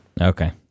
Okay